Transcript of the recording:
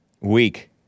weak